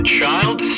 child